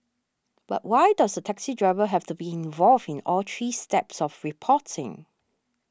but why does the taxi driver have to be involved in all three steps of reporting